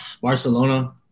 Barcelona